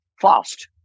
fast